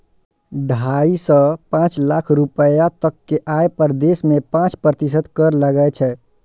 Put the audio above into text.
ढाइ सं पांच लाख रुपैया तक के आय पर देश मे पांच प्रतिशत कर लागै छै